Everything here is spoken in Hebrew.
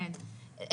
כן,